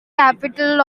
capital